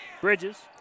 Bridges